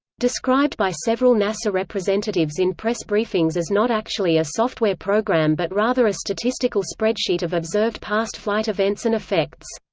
described by several nasa representatives in press briefings as not actually a software program but rather a statistical spreadsheet of observed past flight events and effects.